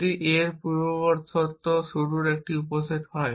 যদি a এর পূর্বশর্ত শুরুর একটি উপসেট হয়